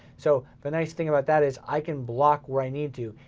so the nice thing about that is i can block where i need to.